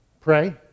pray